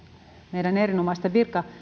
meidän erinomaisten